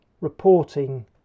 reporting